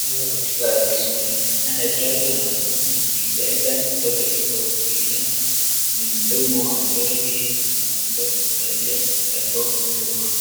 au asisumbue naye daktari huyu anaonekana akimpea chanjo mtoto huyu kwa kupitia na kwenye mdomo wa mtoto hii ambayo ameweza kuivalia barakoa kwa mdomo wake.